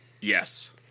Yes